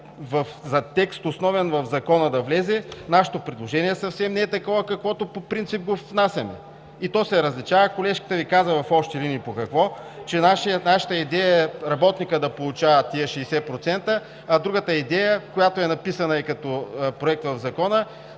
текст в Закона да влезе, нашето предложение съвсем не е такова, каквото по принцип го внасяме. И то се различава – колежката Ви каза в общи линии по какво, че нашата идея е работникът да получава тези 60%, а другата идея, която е написана като проект в Закона,